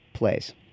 plays